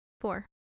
Four